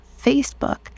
Facebook